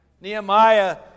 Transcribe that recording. Nehemiah